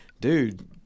dude